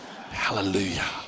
Hallelujah